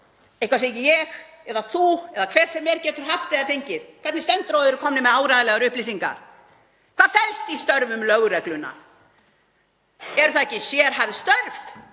Eitthvað sem ég eða þú eða hver sem er getur haft eða fengið? Hvernig stendur á að þarna er komið með áreiðanlegar upplýsingar? Hvað felst í störfum lögreglunnar? Eru það ekki sérhæfð störf?